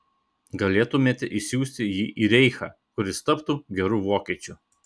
galėtumėte išsiųsti jį į reichą kur jis taptų geru vokiečiu